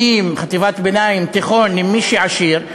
חטיבת ביניים, תיכון, למי שעשיר,